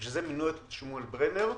בשביל זה מינו את שמואל ברנר,